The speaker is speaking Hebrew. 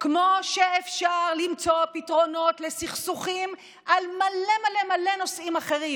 כמו שאפשר למצוא פתרונות לסכסוכים על מלא מלא מלא נושאים אחרים,